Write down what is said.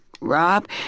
Rob